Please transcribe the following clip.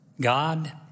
god